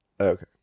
Okay